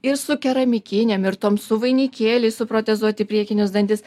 ir su keramikinėm ir tom su vainikėliais suprotezuoti priekinius dantis